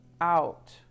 out